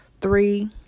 three